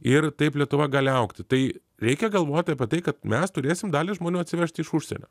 ir taip lietuva gali augti tai reikia galvoti apie tai kad mes turėsim dalį žmonių atsivežti iš užsienio